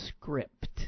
script